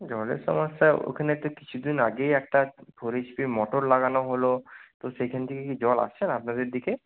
জলের সমস্যা ওখানে তো কিছুদিন আগেই একটা ফোর এইচ পি মোটর লাগানো হলো তো সেইখান থেকে কি জল আসছে না আপনাদের দিকে